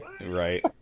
Right